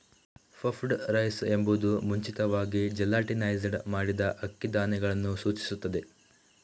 puffed rice ಎಂಬುದು ಮುಂಚಿತವಾಗಿ gelatinised ಮಾಡಿದ ಅಕ್ಕಿ ಧಾನ್ಯಗಳನ್ನು ಸೂಚಿಸುತ್ತದೆ